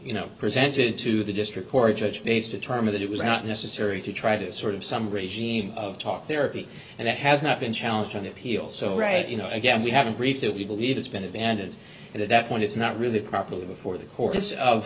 you know presented to the district court judge these determine that it was not necessary to try to sort of some regime of talk therapy and that has not been challenged on appeal so right you know again we haven't reached it we believe it's been abandoned at that point it's not really properly before the courts of